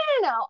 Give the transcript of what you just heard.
no